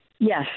Yes